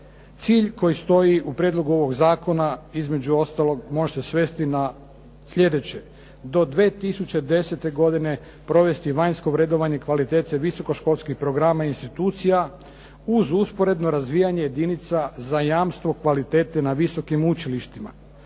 Cilj koji stoji u prijedlogu ovog zakona između ostalog može se svesti na sljedeće. Do 2010. godine provesti vanjsko vrednovanje kvalitete visokoškolskih programa i institucija uz usporedno razvijanje jedinica za jamstvo kvalitete na visokim učilištima.